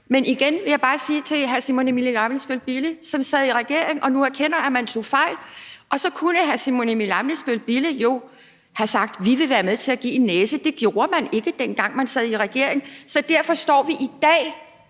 Men igen vil jeg bare sige til hr. Simon Emil Ammitzbøll-Bille, som sad i regering og nu erkender, at man tog fejl, at så kunne hr. Simon Emil Ammitzbøll-Bille jo have sagt: Vi vil være med til at give en næse. Det gjorde man ikke, dengang man sad i regering. Så derfor står vi i dag